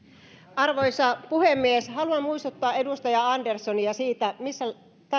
arvoisa puhemies haluan muistuttaa edustaja anderssonia siitä missä